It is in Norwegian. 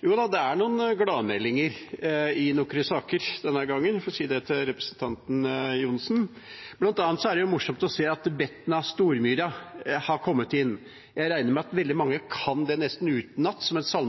Jo da, det er noen gladmeldinger i «Nokre saker» denne gangen, jeg får si det til representanten Johnsen. Blant annet er det morsomt å se at Betna–Stormyra har kommet inn. Jeg regner med at veldig mange kan det nesten utenat, som